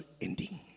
ending